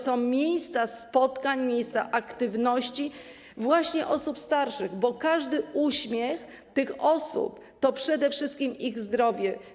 Są to miejsca spotkań, miejsca aktywności właśnie osób starszych, bo każdy uśmiech tych osób to przede wszystkim ich zdrowie.